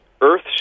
earth